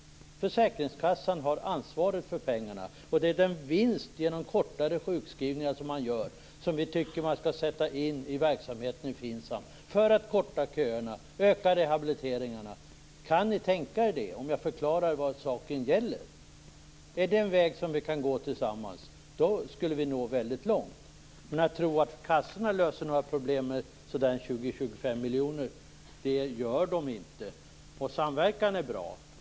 Försäkringskassan har ansvar för pengarna. Det är den vinst man gör genom kortare sjukskrivningar som vi tycker att man skall sätta in i verksamheten i FINSAM. Det skall man göra för att korta köerna, för att öka rehabiliteringen. Kan ni tänka er det om jag förklarar vad saken gäller? Är det en väg som vi kan gå tillsammans? Då skulle vi nå väldigt långt. Men kassorna löser inte några problem med 20-25 miljoner. Samverkan är bra.